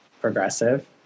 progressive